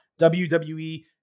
WWE